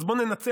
אז בואו ננצל,